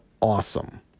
awesome